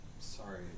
sorry